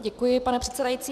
Děkuji, pane předsedající.